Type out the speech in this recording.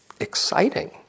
exciting